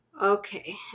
Okay